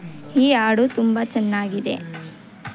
ಈ ಹಾಡು ತುಂಬ ಚೆನ್ನಾಗಿದೆ